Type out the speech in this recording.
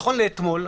נכון לאתמול,